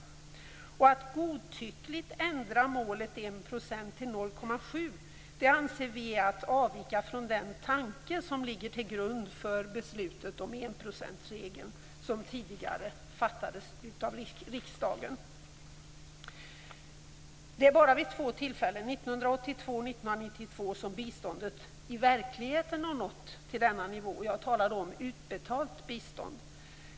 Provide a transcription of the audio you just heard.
Att godtyckligt ändra målet 1 % till 0,7 % anser vi är att avvika från den tanke som ligger till grund för beslutet om enprocentsregeln, som tidigare har fattats av riksdagen. Bara vid två tillfällen, 1982 och 1992, har biståndet i verkligheten nått denna nivå. Jag talar då om utbetalt bistånd.